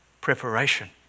preparation